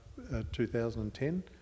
2010